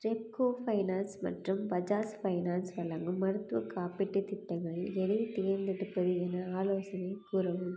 Repco finance மற்றும் Bajaj finance வழங்கும் மருத்துவக் காப்பீட்டுத் திட்டங்களில் எதைத் தேர்ந்தெடுப்பது என ஆலோசனை கூறவும்